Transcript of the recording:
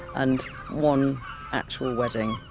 and one actual wedding.